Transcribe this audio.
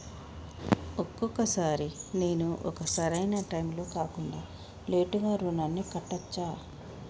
ఒక్కొక సారి నేను ఒక సరైనా టైంలో కాకుండా లేటుగా రుణాన్ని కట్టచ్చా?